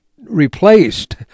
replaced